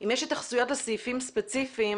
אם יש התייחסויות לסעיפים ספציפיים